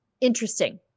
Interesting